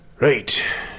right